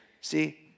See